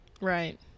Right